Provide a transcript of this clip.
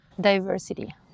diversity